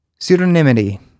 Pseudonymity